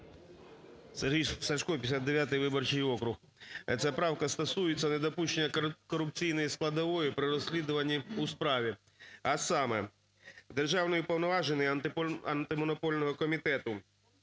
Сергій Сажко, 59 виборчий округ. Ця правка стосується недопущення корупційної складової при розслідуванні у справі, а саме: державний уповноважений Антимонопольного комітету